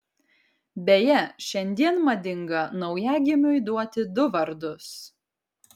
beje šiandien madinga naujagimiui duoti du vardus